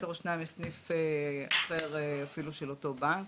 או שניים יש סניף אפילו של אותו בבנק